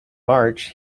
march